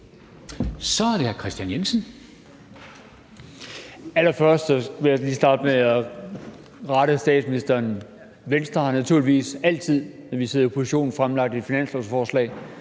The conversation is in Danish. Kl. 00:20 Kristian Jensen (V): Allerførst vil jeg lige starte med at rette statsministeren: Venstre har naturligvis altid, når vi har siddet i opposition, fremlagt et finanslovsforslag,